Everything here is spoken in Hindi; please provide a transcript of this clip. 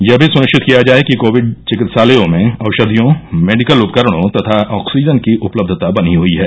यह भी सुनिश्चित किया जाय कि कोविड चिकित्सालयों में औषधियों मेडिकल उपकरणों तथा आक्सीजन की उपलब्धता बनी हुयी है